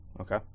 okay